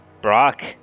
Brock